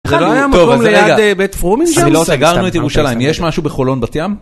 זה לא היה מקום ליד בית פרומינג'רס? לא סגרנו את ירושלים, יש משהו בחולון בתים?